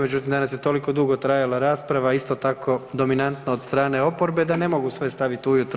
Međutim, danas je toliko dugo trajala rasprava a isto tako dominantno od strane oporbe, da ne mogu sve staviti u jutro.